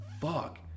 fuck